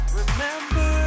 remember